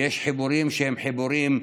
ויש חיבורים שהם חיבורים,